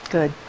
Good